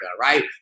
right